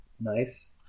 nice